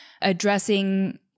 addressing